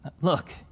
look